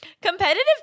Competitive